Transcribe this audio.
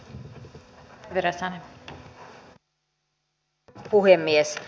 arvoisa rouva puhemies